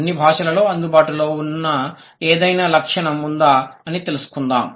అన్ని భాషలలో అందుబాటులో ఉన్న ఏదైనా లక్షణం ఉందా అని తెలుసుకుందాం